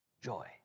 joy